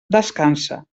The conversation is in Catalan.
descansa